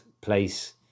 place